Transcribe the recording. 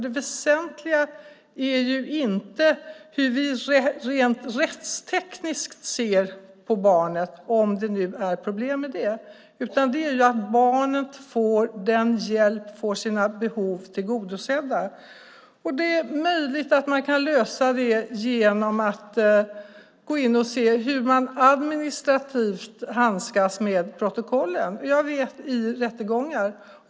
Det väsentliga är inte hur vi rent rättstekniskt ser på barnet, om det är problem med det, utan det är att barnet får hjälp och sina behov tillgodosedda. Det är möjligt att det kan lösas genom att se hur man administrativt handskas med protokollen i rättegångar.